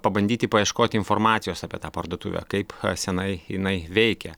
pabandyti paieškoti informacijos apie tą parduotuvę kaip senai jinai veikia